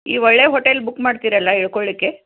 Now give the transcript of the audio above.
ಈ ಒಳ್ಳೆಯ hotel book ಮಾಡ್ತಿರಲ್ವಾ ಇಳ್ಕೊಳ್ಲಿಕ್ಕೆ